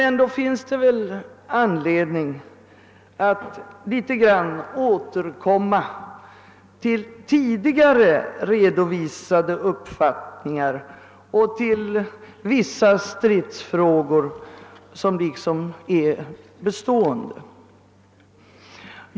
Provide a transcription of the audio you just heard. Ändå finns det väl anledning att ett ögonblick återvända till tidigare redovisade uppfattningar och till vissa stridsfrågor som är bestående.